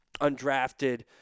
undrafted